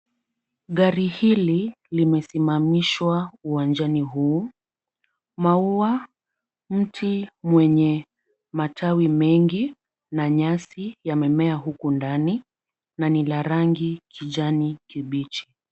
Gari hili limesimamishwa uwanjani huu. Maua, mti mwenye matawi mengi na nyasi yamemea huku ndani na ni la rangi kijani kibichi.